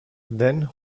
then